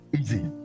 easy